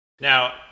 now